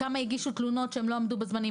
כמה הגישו תלונות ולא עמדו בזמנים.